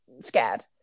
scared